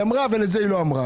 היא אמרה אבל את זה היא לא אמרה.